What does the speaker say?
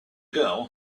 girl